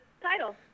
title